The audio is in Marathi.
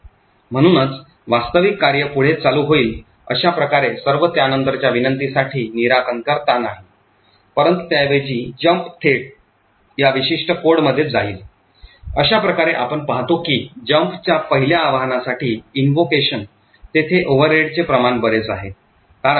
म्हणूनच वास्तविक कार्य पुढे चालू होईल अशा प्रकारे सर्व त्यानंतरच्या विनंतीसाठी निराकरणकर्ता नाही परंतु त्याऐवजी jump थेट या विशिष्ट कोडमध्ये जाईल अशा प्रकारे आपण पाहतो की jumpच्या पहिल्या आवाहनासाठी तेथे ओव्हरहेडचे प्रमाण बरेच आहे